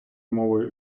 мовою